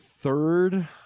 Third